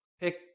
pick